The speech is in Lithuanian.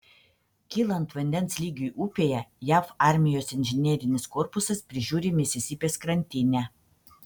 kylant vandens lygiui upėje jav armijos inžinerinis korpusas prižiūri misisipės krantinę